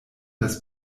des